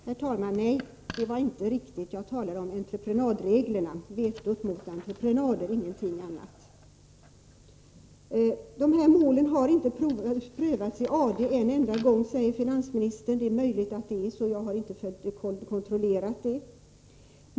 Herr talman! Nej, det var inte riktigt. Jag talade om entreprenadreglerna— vetorätten mot entreprenader, ingenting annat. Sådana mål har inte prövats i AD en enda gång, säger finansministern. Det är möjligt att det är så; jag har inte kontrollerat det.